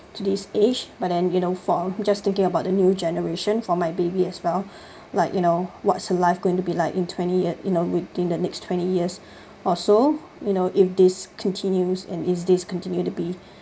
to this age but then you know for just thinking about the new generation for my baby as well like you know what's her life going to be like in twenty at you know within the next twenty years or so you know if this continues and is this continue to be